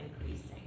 increasing